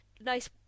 Nice